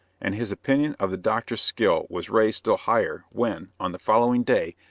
and his opinion of the doctor's skill was raised still higher when, on the following day,